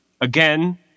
Again